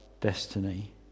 destiny